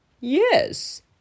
Yes